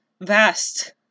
vast